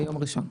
ביום ראשון.